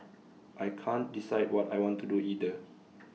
I can't decide what I want to do either